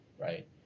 right